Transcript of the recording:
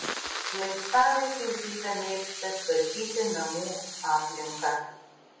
laisvalaikiu zita mėgsta tvarkyti namų aplinką